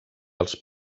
als